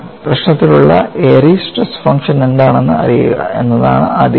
പ്രശ്നത്തിനുള്ള Airy's stress function എന്താണെന്ന് അറിയുക എന്നതാണ് ആദ്യപടി